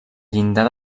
llindar